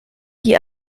die